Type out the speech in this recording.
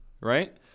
right